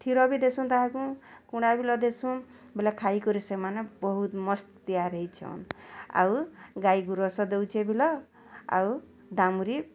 କ୍ଷୀର ବି ଦେସୁଁ ତାହାକୁଁ କୁଣା ବିଲ ଦେସୁଁ ବେଲେ ଖାଇକରି ସେମାନେ ବହୁତ୍ ମସ୍ତ୍ ତିଆରି ହୋଇଛନ୍ ଆଉ ଗାଈ ଗୁରସ ଦେଉଛି ବିଲ ଆଉ ଦାମୁରି